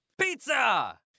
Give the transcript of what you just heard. Pizza